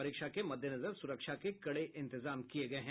परीक्षा के मद्देनजर सुरक्षा के कड़े इंतजाम किये गये हैं